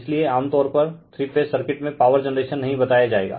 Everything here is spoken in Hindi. इसलिए आमतोर पर थ्री फेज सर्किट में पॉवर जनरेशन नही बताया जाएगा